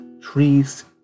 trees